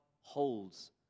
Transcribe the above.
holds